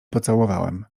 pocałowałem